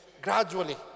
gradually